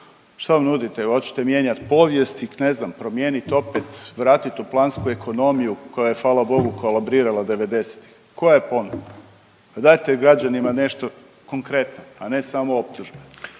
Što nudite, hoćete mijenjat povijest i ne znam, promijenit opet, vratit u plansku ekonomiju koja je hvala Bogu kolabrirala '90-ih. Koja je ponuda. Dajte građanima nešto konkretno, a ne samo optužbe.